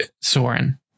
Soren